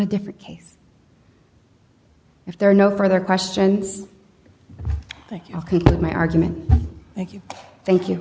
a different case if there are no further questions thank you my argument thank you thank you